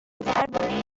درباره